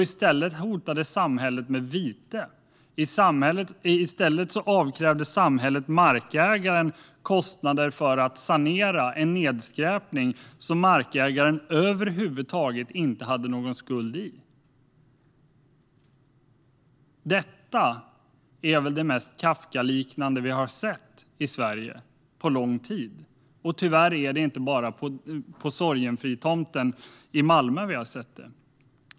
Samhället hotade med vite. Samhället avkrävde markägaren kostnader för att sanera en nedskräpning som markägaren över huvud taget inte hade någon skuld till. Detta är väl det mest Kafkaliknande vi har sett i Sverige på lång tid, och tyvärr är det inte bara på Sorgenfritomten i Malmö som vi har sett detta.